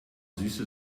süße